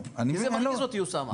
זה מרגיז אותי, אוסאמה.